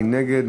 מי נגד?